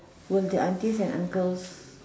will the aunties and uncles